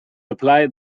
apply